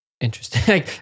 interesting